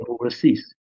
overseas